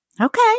Okay